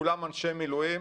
כולם אנשי מילואים.